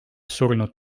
surnud